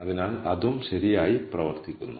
അതിനാൽ അതും ശരിയായി പ്രവർത്തിക്കുന്നു